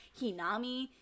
Hinami